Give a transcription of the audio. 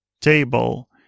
table